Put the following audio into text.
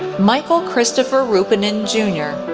michael christopher rupinen jr,